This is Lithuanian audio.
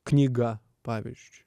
knyga pavyzdžiui